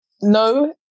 no